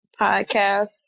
podcasts